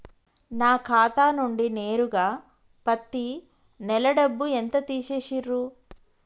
నా ఖాతా నుండి నేరుగా పత్తి నెల డబ్బు ఎంత తీసేశిర్రు?